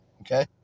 Okay